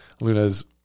Luna's